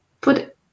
put